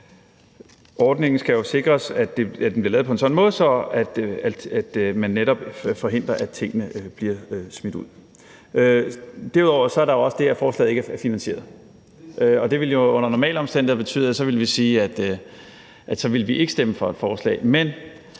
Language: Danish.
Det skal jo sikres, at ordningen bliver lavet på en sådan måde, at man netop forhindrer, at tingene bliver smidt ud. Derudover er der jo det, at forslaget ikke er finansieret, og det ville jo under normale omstændigheder betyde, at vi så ville sige, at